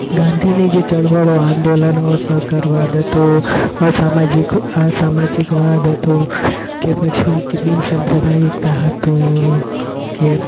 ગાંધીને જે ચળવળો આંદોલનો કર વાદ હતો અસામાજિક અસામાજિકવાદ હતો કે પછી કે બીન સાંપ્રદાઈકતા હતું કે